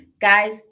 guys